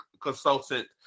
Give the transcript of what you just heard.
consultant